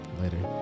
later